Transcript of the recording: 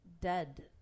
dead